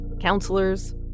counselors